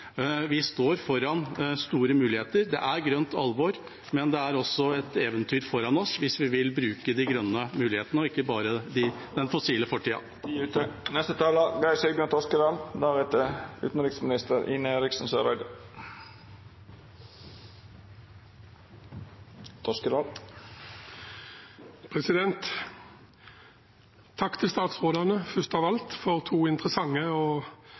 Vi står foran store muligheter. Det er grønt alvor, men det er også et eventyr foran oss hvis vi vil bruke de grønne mulighetene og ikke bare den fossile fortida.